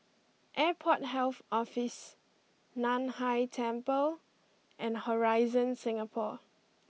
Airport Health Office Nan Hai Temple and Horizon Singapore